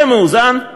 זה מאוזן?